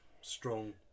Strong